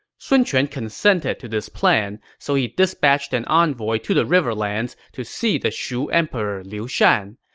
sun quan consented to this plan, so he dispatched an envoy to the riverlands to see the shu emperor liu shan.